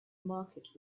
market